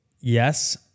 Yes